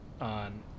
on